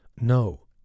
No